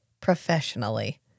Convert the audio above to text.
professionally